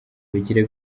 bagira